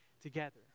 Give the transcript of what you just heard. together